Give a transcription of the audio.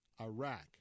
Iraq